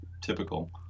typical